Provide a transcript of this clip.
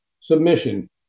submission